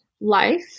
life